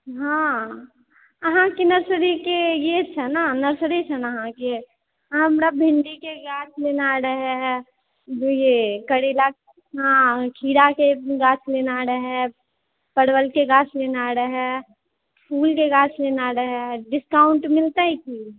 हँ अहाँकेँ नर्सरीके ई अछि ने नर्सरी अछि ने अहाँकेेँ हमरा भिण्डीके गाछ लेनाए रहए ये करैलाके हँ खीराके गाछ लेना रहए परवलके गाछ लेनाए रहै फुलके गाछ लेनाए रहए डिस्काउण्ट मिलतै की